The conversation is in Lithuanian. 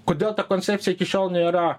kodėl ta koncepcija iki šiol nėra